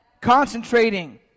Concentrating